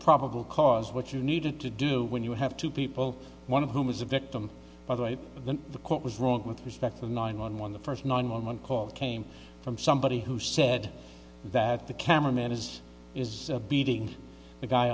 probable cause what you needed to do when you have two people one of whom is a victim by the way the court was wrong with respect to nine one one the first nine one one call came from somebody who said that the camera man is is beating the guy